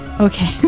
Okay